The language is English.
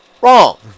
wrong